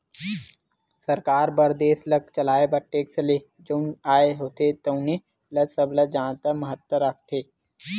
सरकार बर देस ल चलाए बर टेक्स ले जउन आय होथे तउने ह सबले जादा महत्ता राखथे